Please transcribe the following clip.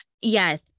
Yes